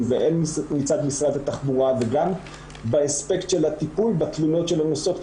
והן מצד משרד התחבורה וגם באספקט של הטיפול בתלונות של הנוסעות,